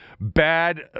bad